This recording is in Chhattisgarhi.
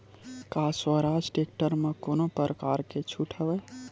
का स्वराज टेक्टर म कोनो प्रकार के छूट हवय?